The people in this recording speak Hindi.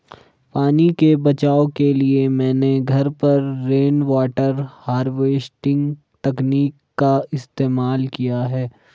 पानी के बचाव के लिए मैंने घर पर रेनवाटर हार्वेस्टिंग तकनीक का इस्तेमाल किया है